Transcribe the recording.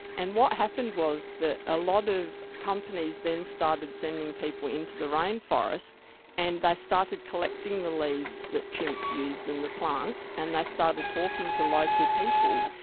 and what happened was that a lot of companies then started sending people into the rainforest and they started collecting the leaves that chimps use and the plants, and they started talking to local people,